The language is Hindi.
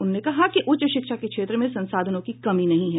उन्होंने कहा कि उच्च शिक्षा के क्षेत्र में संसाधनों की कमी नहीं है